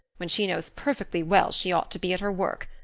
when she knows perfectly well she ought to be at her work.